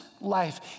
life